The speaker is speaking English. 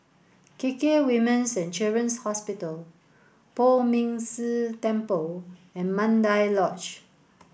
K K Women's and Children's Hospital Poh Ming Tse Temple and Mandai Lodge